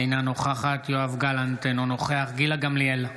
אינה נוכחת יואב גלנט, אינו נוכח גילה גמליאל,